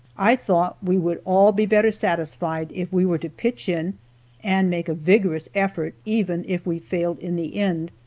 i thought we would all be better satisfied if we were to pitch in and make a vigorous effort, even if we failed in the end,